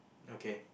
okay